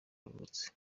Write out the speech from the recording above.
yavutse